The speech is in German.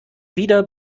wieder